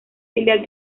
filial